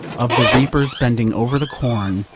of the reapers bending over the corn,